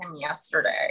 yesterday